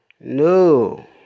No